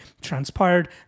transpired